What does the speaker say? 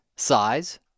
Size